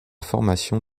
formation